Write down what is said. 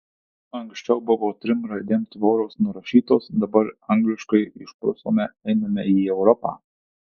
anksčiau buvo trim raidėm tvoros nurašytos dabar angliškai išprusome einame į europą